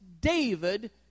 David